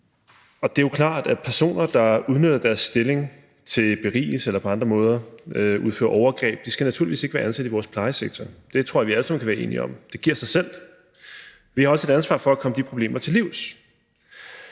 Det er jo klart, at personer, der udnytter deres stilling til berigelse, eller som på andre måder begår overgreb, naturligvis ikke skal være ansat i vores plejesektor. Det tror jeg vi alle sammen kan være enige om, det giver sig selv. Vi har også et ansvar for at komme de problemer til livs.